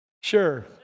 Sure